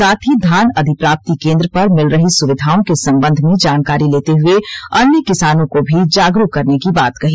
साथ ही धान अधिप्राप्ति केन्द्र पर मिल रही सुविधाओं के संबंध में जानकारी लेते हए अन्य किसानों को भी जागरूक करने की बात कही